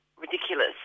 ridiculous